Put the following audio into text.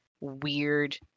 weird